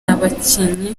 abakinnyi